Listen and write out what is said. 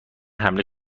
حمله